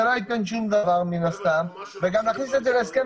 זה לא ייתן שום דבר וגם להכניס את זה להסכם